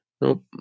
Nope